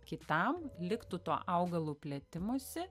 kitam liktų to augalų plėtimusi